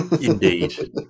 Indeed